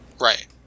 Right